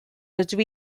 dydw